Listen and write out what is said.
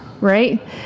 Right